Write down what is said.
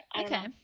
Okay